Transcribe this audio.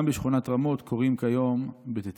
גם בשכונת רמות קוראים כיום בט"ו.